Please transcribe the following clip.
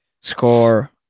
score